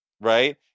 right